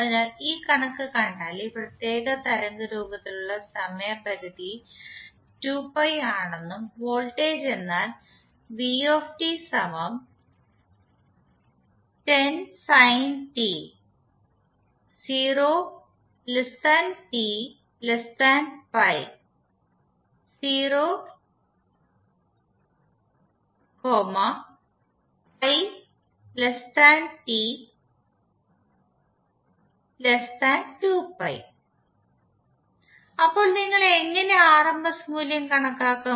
അതിനാൽ ഈ കണക്ക് കണ്ടാൽ ഈ പ്രത്യേക തരംഗരൂപത്തിന്റെ സമയപരിധി 2π ആണെന്നും വോൾട്ടേജ് എന്നാൽ അപ്പോൾ നിങ്ങൾ എങ്ങനെ ആർഎംഎസ് മൂല്യം കണക്കാക്കും